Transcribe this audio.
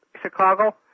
Chicago